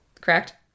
correct